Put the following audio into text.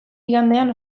igandean